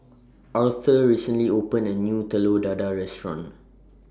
Aurthur recently opened A New Telur Dadah Restaurant